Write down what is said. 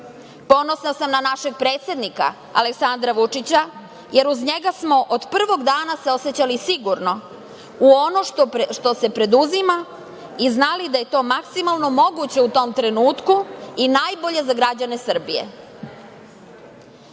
Ponosna sam na našeg predsednika Aleksandra Vučića, jer uz njega smo od prvog dana se osećali sigurno u ono što se preduzima i znali da je to maksimalno moguće u tom trenutku i najbolje za građane Srbije. Mnogo